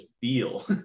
feel